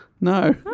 No